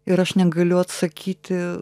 ir aš negaliu atsakyti